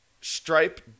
stripe